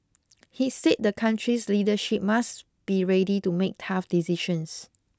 he said the country's leadership must be ready to make tough decisions